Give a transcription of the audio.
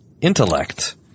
intellect